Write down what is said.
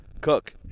Cook